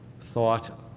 thought